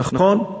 נכון?